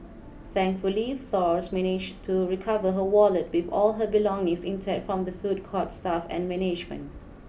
thankfully Flores managed to recover her wallet with all her belongings intact from the food court's staff and management